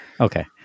Okay